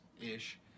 ish